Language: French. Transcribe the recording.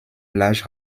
large